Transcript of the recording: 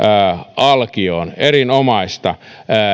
alkioon erinomaista